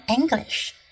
English